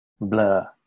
blur